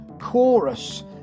chorus